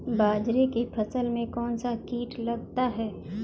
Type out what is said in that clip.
बाजरे की फसल में कौन सा कीट लगता है?